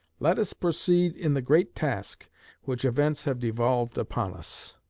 let us proceed in the great task which events have devolved upon us.